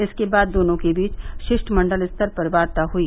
इसके बाद दोनों के बीच शिष्टमंडल स्तर की वार्ता हुई